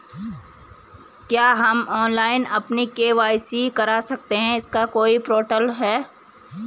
क्या हम ऑनलाइन अपनी के.वाई.सी करा सकते हैं इसका कोई पोर्टल है?